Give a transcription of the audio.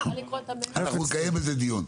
אנחנו נקיים על זה דיון.